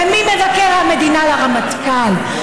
וממבקר המדינה לרמטכ"ל,